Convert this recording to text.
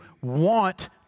want